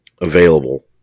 available